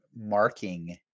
marking